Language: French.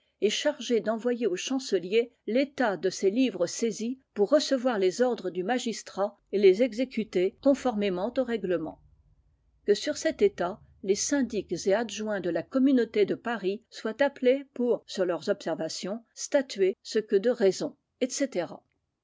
et chargé d'envoyer au chancelier l'état de ces livres saisis pour recevoir les ordres du magistrat et les exécuter conformément aux règlements que sur cet état les syndics et adjoints de la communauté de paris soient appelés pour sur leurs observations statuer ce que de raison etc